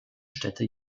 städte